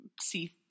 see